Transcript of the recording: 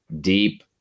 deep